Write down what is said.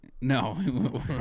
no